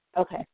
Okay